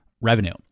revenue